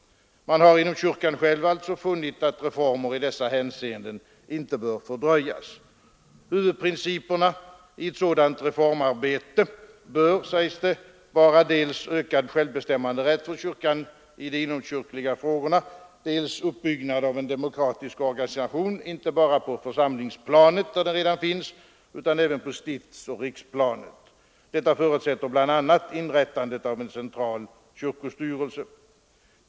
Man har inom kyrkan själv funnit att reformer i dessa hänseenden inte bör fördröjas. Huvudprinciperna i ett sådant reformarbete bör, sägs det, vara dels ökad självbestämmanderätt för kyrkan i de inomkyrkliga frågorna, dels uppbyggnad av en demokratisk organisation inte bara på församlingsplanet, där den redan finns, utan även på stiftsoch riksplanet. Detta förutsätter bl.a. inrättande av en central kyrkostyrelse.